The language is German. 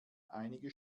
einige